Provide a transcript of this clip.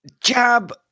Jab